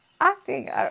acting